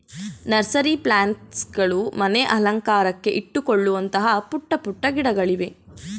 nursery plants ಗಳು ಮನೆ ಅಲಂಕಾರಕ್ಕೆ ಇಟ್ಟುಕೊಳ್ಳುವಂತಹ ಪುಟ್ಟ ಪುಟ್ಟ ಗಿಡಗಳಿವೆ